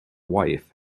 wife